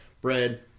bread